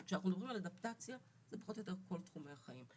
כי כשאנחנו מדברים על אדפטציה זה פחות או יותר כל תחומי החיים.